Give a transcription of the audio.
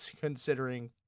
considering